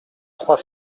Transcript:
trois